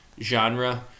genre